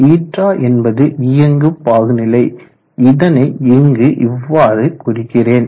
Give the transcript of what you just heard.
η என்பது இயங்கு பாகுநிலை இதனை இங்கு இவ்வாறு குறிக்கிறேன்